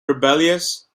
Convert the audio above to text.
rebellious